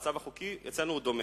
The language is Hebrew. המצב החוקי אצלנו הוא דומה.